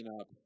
up